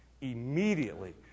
immediately